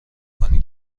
کنی